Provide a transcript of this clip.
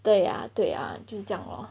对呀对呀就这样 lor